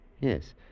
Yes